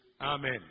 Amen